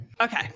okay